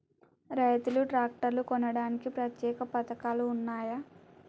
రైతులు ట్రాక్టర్లు కొనడానికి ప్రత్యేక పథకాలు ఉన్నయా?